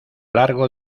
largo